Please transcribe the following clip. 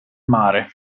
mare